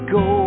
go